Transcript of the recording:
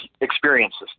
experiences